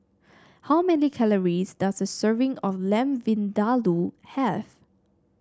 how many calories does a serving of Lamb Vindaloo have